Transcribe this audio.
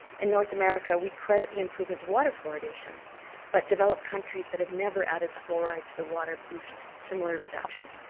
in north america, we credit the improvement to water fluoridation fluoridation but developed countries that have never added fluoride to the water boost similar reductions.